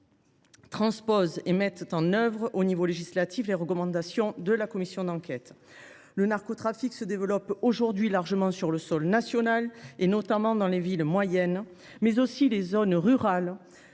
Durain transposent et mettent en œuvre à l’échelon législatif les recommandations de la commission d’enquête. Le narcotrafic se développe aujourd’hui largement sur le sol national, notamment dans les villes moyennes, mais aussi dans les zones rurales,